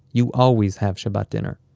you always have shabbat dinner.